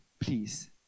please